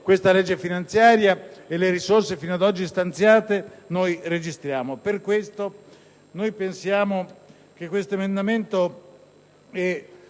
questa legge finanziaria e le risorse fino ad oggi, stanziate, noi registriamo. Per questo pensiamo che lo stanziamento